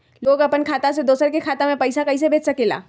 लोग अपन खाता से दोसर के खाता में पैसा कइसे भेज सकेला?